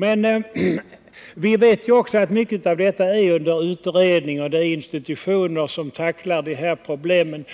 Men vi vet också att mycket av detta är under utredning — det är institutioner som tacklar dessa problem.